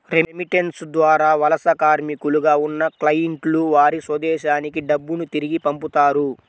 remittance ద్వారా వలస కార్మికులుగా ఉన్న క్లయింట్లు వారి స్వదేశానికి డబ్బును తిరిగి పంపుతారు